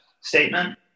statement